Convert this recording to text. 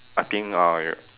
I think uh